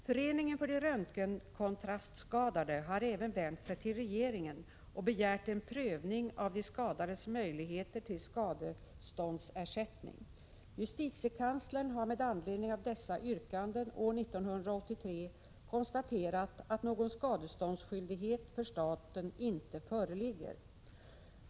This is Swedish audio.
Föreningen för de röntgenkontrastskadade har även vänt sig till regeringen och begärt en prövning av de skadades möjligheter till skadeståndsersättning. Justitiekanslern har med anledning av dessa yrkanden år 1983 konstaterat att någon skadeståndsskyldighet för staten inte föreligger.